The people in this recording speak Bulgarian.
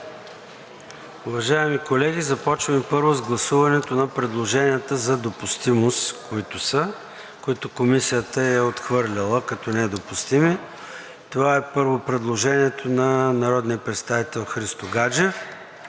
Уважаеми колеги, започваме първо с гласуване на предложенията за допустимост, които Комисията е отхвърлила като недопустими. Първо е предложението на народния